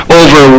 over